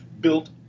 built